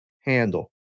handle